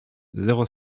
zéro